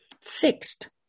fixed